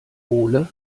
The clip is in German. ole